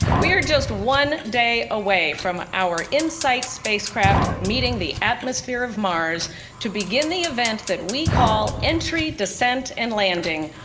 we are just one day away from our insight spacecraft meeting the atmosphere of mars to begin the event that we call entry, descent, and landing,